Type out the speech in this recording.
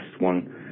one